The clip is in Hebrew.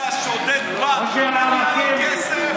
תגיד לי, שודד הבנק לא ייתן לנו כסף?